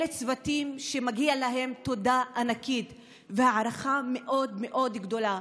אלה צוותים שמגיעות להם תודה ענקית והערכה מאוד מאוד גדולה.